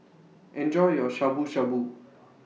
Enjoy your Shabu Shabu